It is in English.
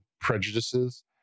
prejudices